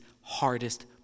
hardest